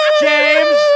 James